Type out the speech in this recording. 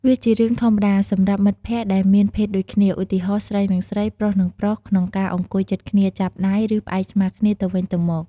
វាជារឿងធម្មតាសម្រាប់មិត្តភក្តិដែលមានភេទដូចគ្នា ឧទាហរណ៍ ស្រីនឹងស្រី ប្រុសនឹងប្រុស ក្នុងការអង្គុយជិតគ្នា ចាប់ដៃ ឬផ្អែកស្មាគ្នាទៅវិញទៅមក។